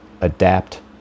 adapt